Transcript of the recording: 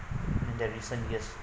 the recent yes